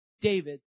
David